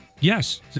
Yes